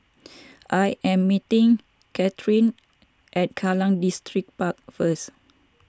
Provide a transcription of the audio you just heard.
I am meeting Katheryn at Kallang Distripark first